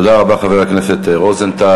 תודה רבה, חבר הכנסת רוזנטל.